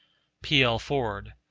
p l. ford,